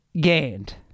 gained